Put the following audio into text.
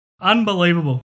unbelievable